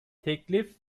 teklif